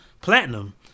platinum